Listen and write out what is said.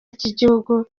ry’igihugu